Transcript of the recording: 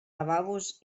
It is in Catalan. lavabos